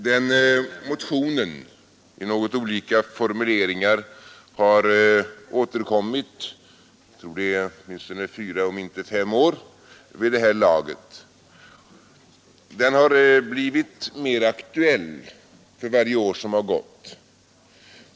Den motionen har i något olika formuleringar återkommit fyra om inte fem år vid det här laget. Den har blivit mer aktuell för varje år som har gått.